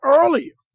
earlier